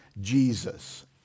Jesus